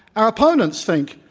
our opponents think,